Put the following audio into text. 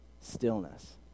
stillness